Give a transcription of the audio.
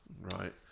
Right